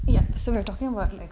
ya so we're talking about